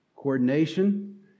coordination